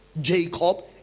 Jacob